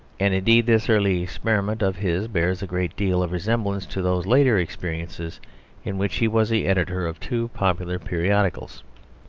and indeed this early experiment of his bears a great deal of resemblance to those later experiences in which he was the editor of two popular periodicals.